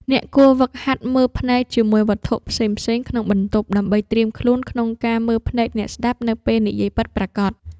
អ្នកគួរហ្វឹកហាត់មើលភ្នែក ជាមួយវត្ថុផ្សេងៗក្នុងបន្ទប់ ដើម្បីត្រៀមខ្លួនក្នុងការមើលភ្នែកអ្នកស្ដាប់នៅពេលនិយាយពិតប្រាកដ។